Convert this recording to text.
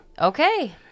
Okay